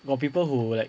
got people who like